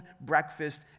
breakfast